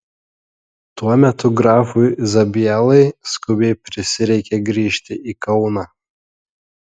tuo metu grafui zabielai skubiai prisireikė grįžti į kauną